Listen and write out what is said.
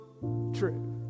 true